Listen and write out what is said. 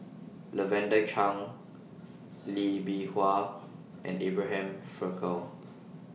Lavender Chang Lee Bee Wah and Abraham Frankel